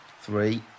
Three